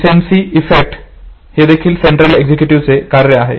recency effect हे देखील central एक्झिकीटीव्हचे कार्य आहे